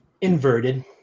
inverted